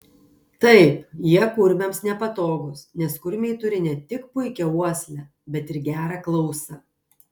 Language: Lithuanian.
taip jie kurmiams nepatogūs nes kurmiai turi ne tik puikią uoslę bet ir gerą klausą